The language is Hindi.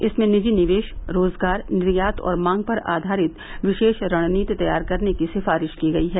इसमें निजी निवेश रोजगार निर्यात और मांग पर आघारित विशेष रणनीति तैयार करने की सिफारिश की गई है